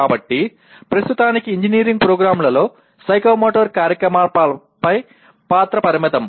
కాబట్టి ప్రస్తుతానికి ఇంజనీరింగ్ ప్రోగ్రామ్లలో సైకోమోటర్ కార్యకలాపాల పాత్ర పరిమితం